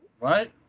Right